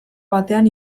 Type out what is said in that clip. batean